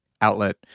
outlet